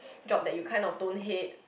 job that you kind of don't hate